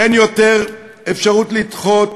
אין יותר אפשרות לדחות,